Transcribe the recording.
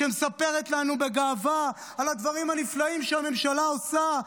שמספרת לנו בגאווה על הדברים הנפלאים שהממשלה עושה,